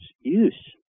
use